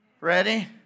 Ready